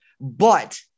But-